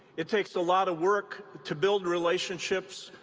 it takes a lot of work to build relationships,